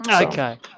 okay